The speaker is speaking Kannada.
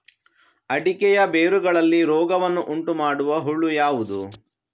ಅಡಿಕೆಯ ಬೇರುಗಳಲ್ಲಿ ರೋಗವನ್ನು ಉಂಟುಮಾಡುವ ಹುಳು ಯಾವುದು?